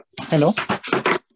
Hello